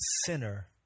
sinner